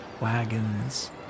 wagons